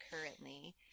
currently